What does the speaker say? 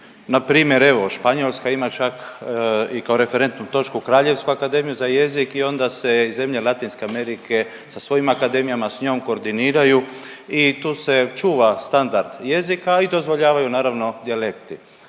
Na primjer evo Španjolska ima čak i kao referentnu točku Kraljevsku akademiju za jezik i onda se zemlje Latinske Amerike sa svojim akademijama sa njom koordiniraju i tu se čuva standard jezika i dozvoljavaju naravno dijalekti.